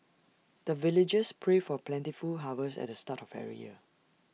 the villagers pray for plentiful harvest at the start of every year